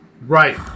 Right